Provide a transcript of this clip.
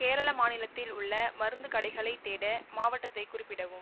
கேரள மாநிலத்தில் உள்ள மருந்துக் கடைகளைத் தேட மாவட்டத்தைக் குறிப்பிடவும்